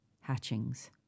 hatchings